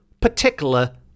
particular